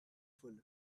fool